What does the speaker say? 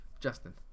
Justin